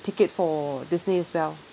ticket for disney as well